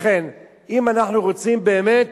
לכן, אם אנחנו רוצים באמת